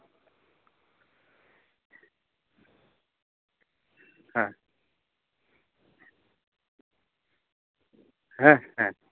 ᱦᱮᱸ ᱦᱮᱸ ᱦᱮᱸ